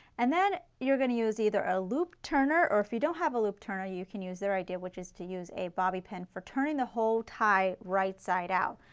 and then you are going to use either a loop turner or if you don't have a loop turner, you can use their idea which is to use a bobby pin for turning the whole tie right side out.